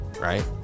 right